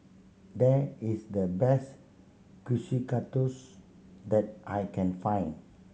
there is the best Kushikatsu that I can find